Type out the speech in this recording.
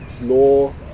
law